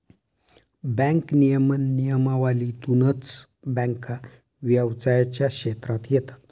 bank नियमन नियमावलीतूनच बँका व्यवसायाच्या क्षेत्रात येतात